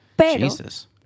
Jesus